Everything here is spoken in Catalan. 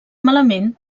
malament